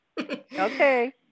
okay